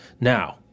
Now